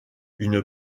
une